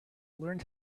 learned